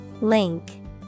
Link